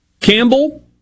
Campbell